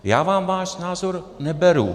Já vám váš názor neberu.